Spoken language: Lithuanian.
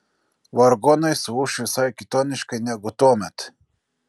vargonai suūš visai kitoniškai negu tuomet